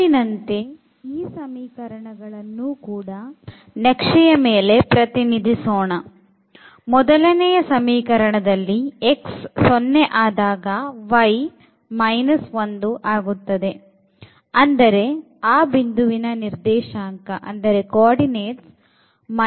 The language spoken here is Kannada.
ಮೊದಲಿನಂತೆ ಈ ಸಮೀಕರಣಗಳನ್ನು ಕೂಡ ನಕ್ಷೆಯ ಮೇಲೆ ಪ್ರತಿನಿಧಿಸೋಣ ಮೊದಲನೆಯ ಸಮೀಕರಣದಲ್ಲಿ x 0 ಆದಾಗ y 1 ಆಗುತ್ತದೆ ಅಂದರೆ ಆ ಬಿಂದುವಿನ ನಿರ್ದೇಶಾಂಕ 1 0 ಆಗುತ್ತದೆ